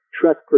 Trust